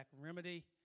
remedy